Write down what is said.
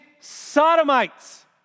Sodomites